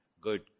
Good